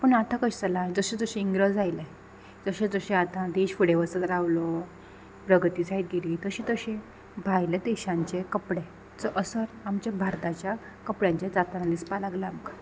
पूण आतां कशें जालां जशे जशे इंग्रज आयले जशे जशे आतां देश फुडें वचत रावलो प्रगती जायत गेली तशे तशे भायल्या देशांचे कपडे चो असर आमच्या भारताच्या कपड्यांच्या जाताना दिसपा लागलो आमकां